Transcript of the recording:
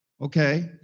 okay